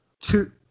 two